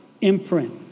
imprint